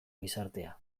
gizartea